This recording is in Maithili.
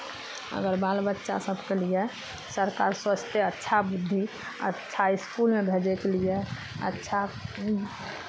अगर बाल बच्चा सभके लिए सरकार सोचतै अच्छा बुद्धि अच्छा इसकुलमे भेजयके लिए अच्छा